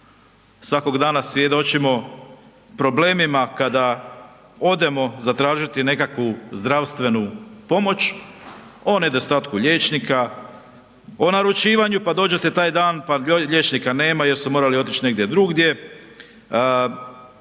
Svakog dana svjedočimo problemima kada odemo zatražiti nekakvu zdravstvenu pomoć, o nedostatku liječnika, o naručivanju, pa dođete taj dan, pa liječnika nema jer su morali otić negdje drugdje,